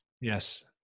Yes